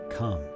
Come